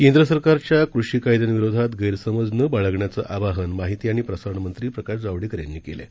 केंद्रसरकारच्याकृषीकायद्याविरोधातगैरसमजनबाळगण्याचंआवाहनमाहिती आणि प्रसारणमंत्रीप्रकाशजावडेकरयांनीकेलंआहे